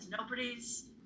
nobody's